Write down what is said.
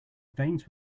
veins